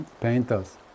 painters